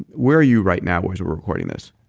where are you right now as we're recording this?